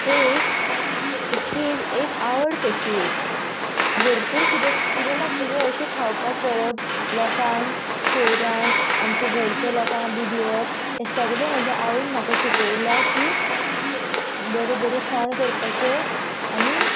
हें एक ही एक आवड कशी एक भोरपूर कितें कितें ना कितें अशें खावपाक करप लोकांक सोयऱ्यांक आमच्या घरच्यां लोकां बी दिवप हें सगलें म्हज्या आवयन म्हाका शिकयलां की बरें बरें खाण करपाचें आनी